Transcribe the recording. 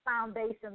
Foundation